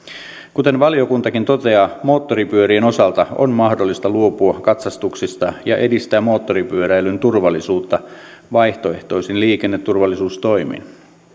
kuten valiokuntakin toteaa moottoripyörien osalta on mahdollista luopua katsastuksista ja edistää moottoripyöräilyn turvallisuutta vaihtoehtoisin liikenneturvallisuustoimin